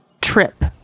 trip